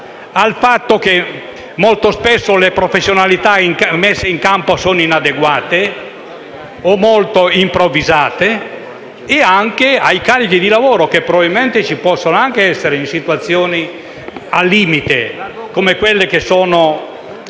sul fatto che molto spesso le professionalità messe in campo sono inadeguate o molto improvvisate, e anche sui carichi di lavoro, che probabilmente possono anche essere elevati in situazioni al limite, che spesso